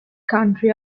county